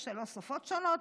יש שלוש שפות שונות.